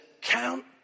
count